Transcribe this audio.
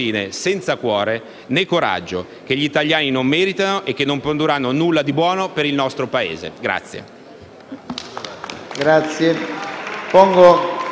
senza cuore né coraggio, che gli italiani non meritano e che non produrranno nulla di buono per il nostro Paese.